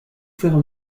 vers